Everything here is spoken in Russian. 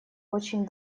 очень